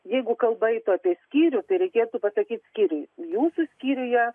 jeigu kalba eitų apie skyrių tai reikėtų pasakyti skyriui jūsų skyriuje